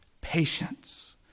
Patience